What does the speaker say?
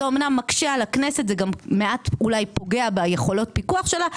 זה אומנם מקשה על הכנסת וזה פוגע מעט ביכולות הפיקוח שלה,